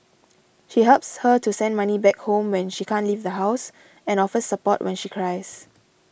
she helps her to send money back home when she can't leave the house and offers support when she cries